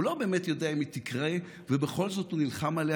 הוא לא באמת יודע אם היא תקרה ובכל זאת הוא נלחם עליה,